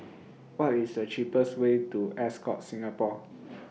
What IS The cheapest Way to Ascott Singapore